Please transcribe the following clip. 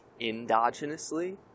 endogenously